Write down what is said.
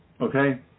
okay